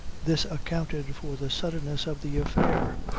this accounted for the suddenness of the affair.